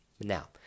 Now